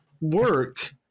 work